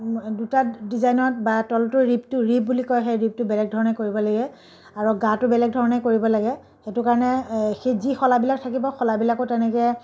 দুটা ডিজাইনত বা তলটো ৰিপটো ৰিপ বুলি কয় সেই ৰিপটো বেলেগ ধৰণে কৰিব লাগে আৰু গাটো বেলেগ ধৰণে কৰিব লাগে সেইটো কাৰণে সেই যি শলাবিলাক থাকিব শলাবিলাকো তেনেকৈ